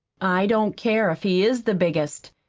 i don't care if he is the biggest,